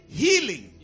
healing